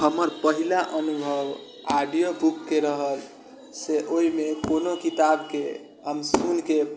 हमर पहिला अनुभव ऑडियो बुक के रहल से ओहिमे कोनो किताबके हम सुनिके